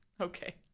Okay